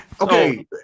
Okay